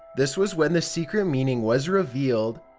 this was when the secret meaning was revealed.